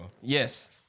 Yes